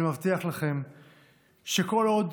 אני מבטיח לכם שכל עוד